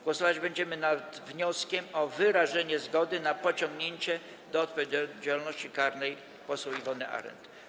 Głosować będziemy nad wnioskiem o wyrażenie zgody na pociągnięcie do odpowiedzialności karnej poseł Iwony Arent.